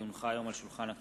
כי הונחו היום על שולחן הכנסת,